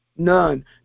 None